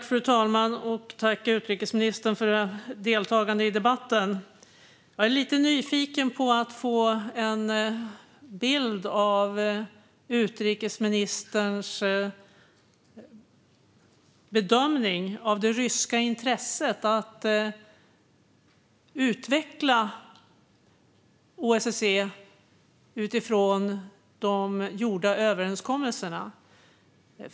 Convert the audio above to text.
Fru talman! Tack, utrikesministern, för deltagande i debatten! Jag är lite nyfiken på utrikesministerns bedömning av det ryska intresset för att utveckla OSSE utifrån de gjorda överenskommelserna.